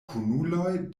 kunuloj